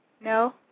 No